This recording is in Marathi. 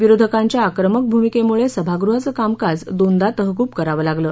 विरोधकांच्या आक्रमक भूमिकेमुळे सभागृहाचं कामकाज दोनदा तहकूब करावं लागलं